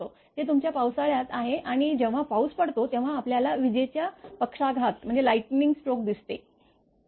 ते तुमच्या पावसाळ्यात आहे आणि जेव्हा पाऊस पडतो तेव्हा आपल्याला विजेचा पक्षाघात दिसतो